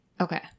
okay